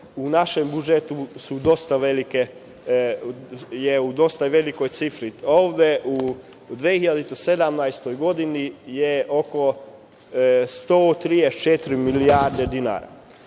velike, je u dosta velikoj cifri, ovde u 2017. godini je oko 134 milijardi dinara.